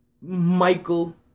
Michael